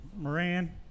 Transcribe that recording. Moran